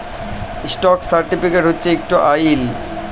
stock certificate হছে ইকট আইল কাগ্যইজ হোল্ডারের, মালিকের লামে লিখ্যা থ্যাকে